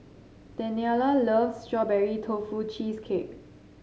Daniella loves Strawberry Tofu Cheesecake